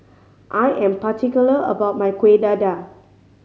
I am particular about my Kuih Dadar